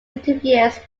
interviews